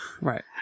Right